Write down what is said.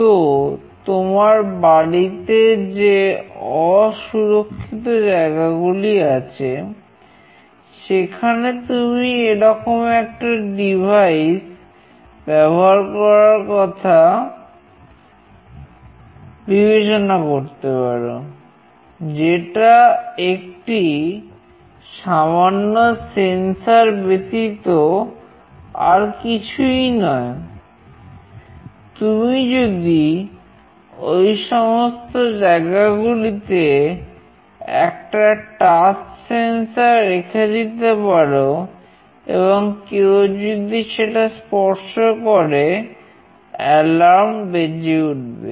তো তোমার বাড়িতে যে অসুরক্ষিত জায়গাগুলি আছে সেখানে তুমি এরকম একটা ডিভাইস বেজে উঠবে